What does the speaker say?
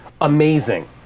Amazing